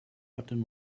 button